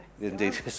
Indeed